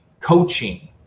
coaching